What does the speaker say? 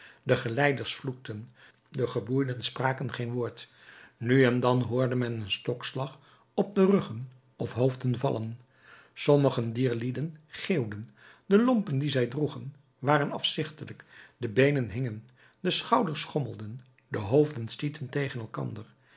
de geleiders vloekten de geboeiden spraken geen woord nu en dan hoorde men een stokslag op de ruggen of hoofden vallen sommigen dier lieden geeuwden de lompen die zij droegen waren afzichtelijk de beenen hingen de schouders schommelden de hoofden stieten tegen elkander